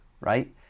right